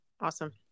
Awesome